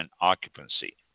occupancy